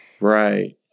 right